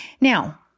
Now